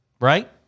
right